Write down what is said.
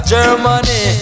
Germany